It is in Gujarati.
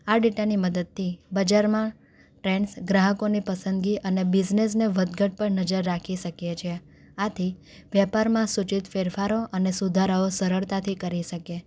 આ ડેટાની મદદથી બજારમાં ટ્રેન્ડ્સ ગ્રાહકોને પસંદગી અને બિઝનેસને વધધટ પણ નજર રાખી શકીએ છીએ આથી વ્યાપારમાં સૂચિત ફેરફારો અને સુધારાઓ સરળતાથી કરી શકીએ